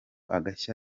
agashya